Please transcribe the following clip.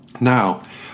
Now